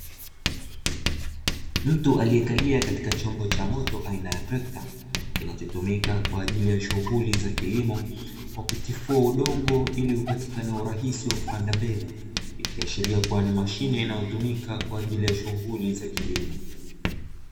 Mtu aliekalia katika chombo cha moto aina ya trekta kinachotumika kwenye shughuli za kilimo kwa kutifiua udongo ili upatikane urahisi wa kupanda mbegu ikiashiria kuwa ni mashine inayotumika kwa ajili ya shughuli za kilimo.